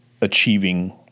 achieving